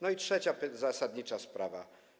No i trzecia zasadnicza sprawa.